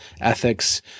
ethics